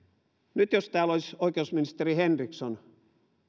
nyt jos täällä olisi paikalla oikeusministeri henriksson